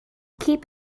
keep